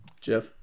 Jeff